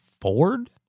Ford